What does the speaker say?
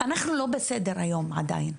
אנחנו לא בסדר היום עדיין.